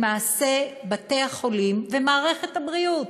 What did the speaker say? למעשה בתי-החולים ומערכת הבריאות